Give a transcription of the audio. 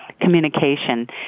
communication